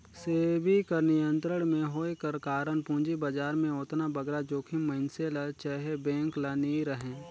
सेबी कर नियंत्रन में होए कर कारन पूंजी बजार में ओतना बगरा जोखिम मइनसे ल चहे बेंक ल नी रहें